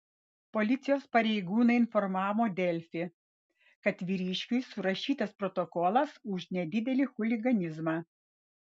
policijos pareigūnai informavo delfi kad vyriškiui surašytas protokolas už nedidelį chuliganizmą